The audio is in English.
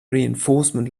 reinforcement